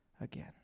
again